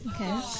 Okay